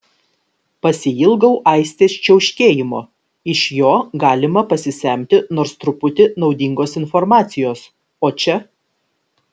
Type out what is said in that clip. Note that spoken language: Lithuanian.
pasiilgau aistės čiauškėjimo iš jo galima pasisemti nors truputį naudingos informacijos o čia